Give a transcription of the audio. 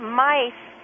mice